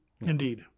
Indeed